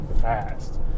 fast